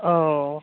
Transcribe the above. औ